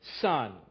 son